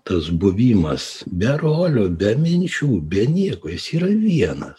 tas buvimas be rolių be minčių be nieko jis yra vienas